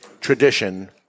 tradition